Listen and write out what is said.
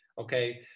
okay